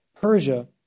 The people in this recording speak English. Persia